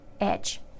edge